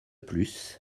plus